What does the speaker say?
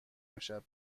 امشب